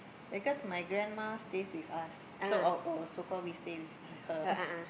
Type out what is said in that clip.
because my grandma stays with us so or or so called we stay with her